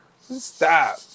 Stop